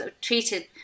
treated